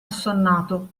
assonnato